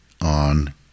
on